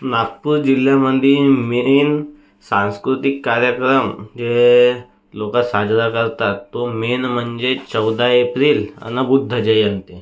नागपूर जिल्ह्यामधे मेन सांस्कृतिक कार्यक्रम जे लोक साजरा करतात तो मेन म्हणजे चौदा एप्रिल आणि बुद्धजयंती